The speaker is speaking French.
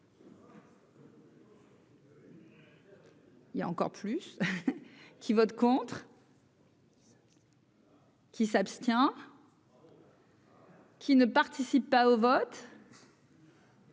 Il y a encore plus, qui vote contre. Qui s'abstient. Qui ne participent pas au vote.